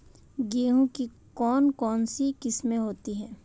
गेहूँ की कौन कौनसी किस्में होती है?